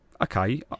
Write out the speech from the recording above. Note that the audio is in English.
okay